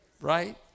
right